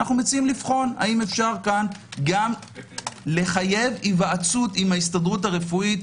אנו מציעים לבחון אם אפשר כאן לחייב היוועצות עם ההסתדרות הרפואית,